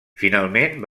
finalment